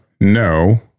No